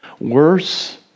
Worse